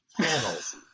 panels